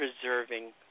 preserving